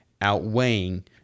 outweighing